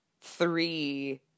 three